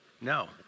No